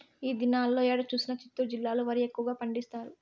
ఈ దినాల్లో ఏడ చూసినా చిత్తూరు జిల్లాలో వరి ఎక్కువగా పండిస్తారు